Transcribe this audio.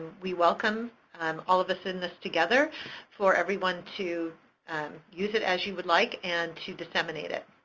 we welcome um all of us in this together for everyone to use it as you would like and to disseminate it.